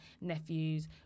nephews